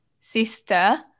sister